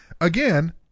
Again